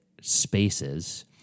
spaces